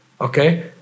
Okay